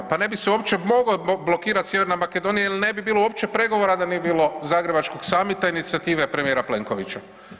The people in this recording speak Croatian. Pa ne bi se uopće mogla blokirat Sjeverna Makedonije jel ne bi bilo uopće pregovora da nije bilo Zagrebačkog summita i inicijative premijera Plenkovića.